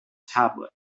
tablet